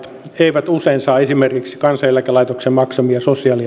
eivät usein saa esimerkiksi kansaneläkelaitoksen maksamia sosiaalietuuksia